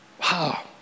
Wow